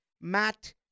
Matt